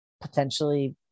potentially